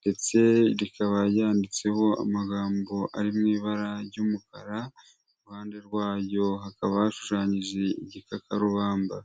ndetse rikaba ryanditseho amagambo ari mu ibara ry'umukara, iruhande rwayo hakaba hashushanyije igikakarubamba.